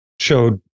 showed